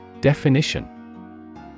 Definition